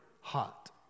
hot